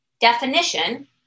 definition